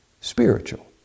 spiritual